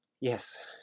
yes